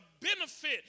benefit